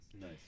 Nice